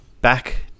back